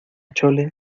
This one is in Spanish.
chole